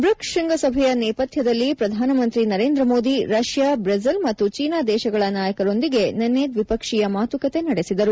BRICS ಶೃಂಗಸಭೆಯ ನೇಪಥ್ಯದಲ್ಲಿ ಪ್ರಧಾನಮಂತ್ರಿ ನರೇಂದ್ರ ಮೋದಿ ರಷ್ಯಾ ಬ್ರೆಜಿಲ್ ಮತ್ತು ಚೀನಾ ದೇಶಗಳ ನಾಯಕರೊಂದಿಗೆ ನಿನ್ನೆ ದ್ವಿಪಕ್ಷೀಯ ಮಾತುಕತೆ ನಡೆಸಿದರು